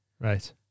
Right